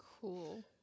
Cool